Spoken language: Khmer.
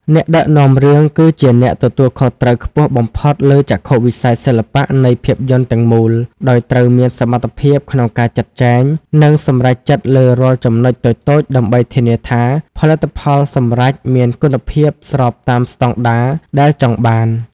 អ្នកដឹកនាំរឿងគឺជាអ្នកទទួលខុសត្រូវខ្ពស់បំផុតលើចក្ខុវិស័យសិល្បៈនៃភាពយន្តទាំងមូល ដោយត្រូវមានសមត្ថភាពក្នុងការចាត់ចែង និងសម្រេចចិត្តលើរាល់ចំណុចតូចៗដើម្បីធានាថាផលិតផលសម្រេចមានគុណភាពស្របតាមស្ដង់ដារដែលចង់បាន។